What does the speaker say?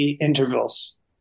intervals